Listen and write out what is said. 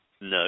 No